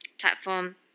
platform